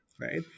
right